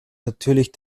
natürlich